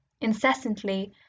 incessantly